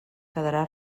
quedarà